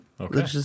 Okay